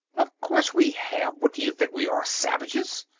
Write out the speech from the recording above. of course we have. what do you think we are, savages?